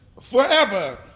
forever